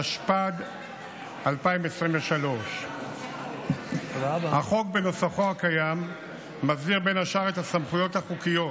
התשפ"ד 2023. החוק בנוסחו הקיים מסדיר בין השאר את הסמכויות החוקיות